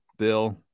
bill